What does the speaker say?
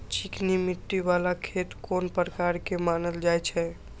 चिकनी मिट्टी बाला खेत कोन प्रकार के मानल जाय छै?